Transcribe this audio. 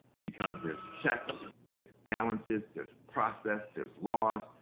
because there's checks, there's balances, there's process, there's laws,